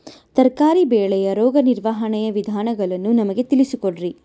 ತರಕಾರಿ ಬೆಳೆಯ ರೋಗ ನಿರ್ವಹಣೆಯ ವಿಧಾನಗಳನ್ನು ನಮಗೆ ತಿಳಿಸಿ ಕೊಡ್ರಿ?